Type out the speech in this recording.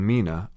Mina